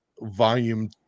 Volume